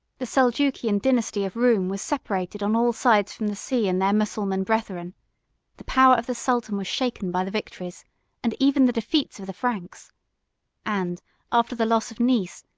the seljukian dynasty of roum was separated on all sides from the sea and their mussulman brethren the power of the sultan was shaken by the victories and even the defeats of the franks and after the loss of nice,